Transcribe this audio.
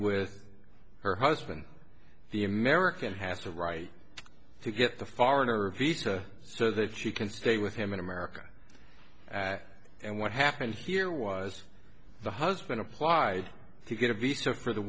with her husband the american has to right to get the foreigner visa so that she can stay with him in america and what happened here was the husband applied to get a b so for the